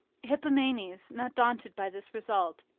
hippomenes, not daunted by this result,